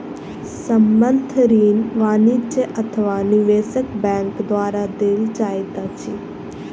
संबंद्ध ऋण वाणिज्य अथवा निवेशक बैंक द्वारा देल जाइत अछि